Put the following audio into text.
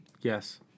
Yes